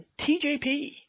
TJP